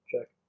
check